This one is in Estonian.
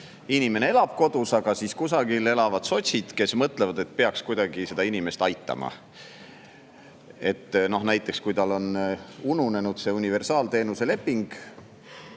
Inimene elab kodus, aga kusagil elavad sotsid, kes mõtlevad, et peaks kuidagi seda inimest aitama. Näiteks, tal on ununenud universaalteenuse leping,